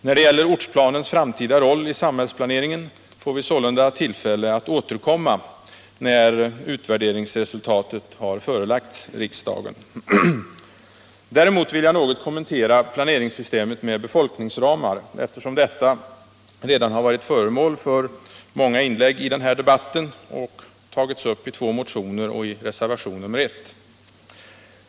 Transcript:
När det gäller ortsplanens framtida roll i samhällsplaneringen får vi sålunda tillfälle att återkomma då utvärderingsresultatet har förelagts riksdagen. Däremot vill jag något kommentera planeringssystemet med befolkningsramar — eftersom detta har varit föremål för många inlägg i den här debatten och tagits upp i två motioner och i reservation nr 1.